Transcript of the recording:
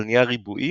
על נייר ריבועי,